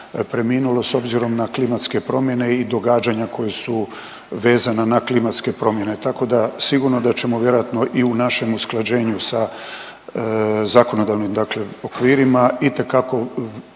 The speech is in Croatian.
preminulo s obzirom na klimatske promjene i događanja koja su vezana na klimatske promjene. Tako da sigurno da ćemo vjerojatno i u našem usklađenju sa zakonodavnim dakle okvirima itekako